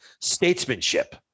statesmanship